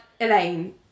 elaine